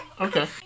Okay